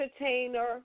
entertainer